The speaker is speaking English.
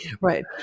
Right